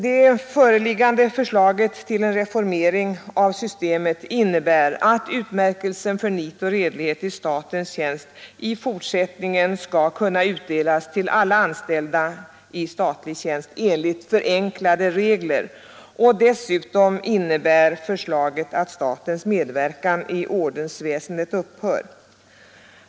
Det föreliggande förslaget till reformering av systemet innebär att utmärkelsen ”För nit och redlighet i rikets tjänst” i fortsättningen skall kunna utdelas till alla anställda i statlig tjänst enligt förenklade regler. Dessutom innebär förslaget att statens medverkan i ordensväsendet upphör.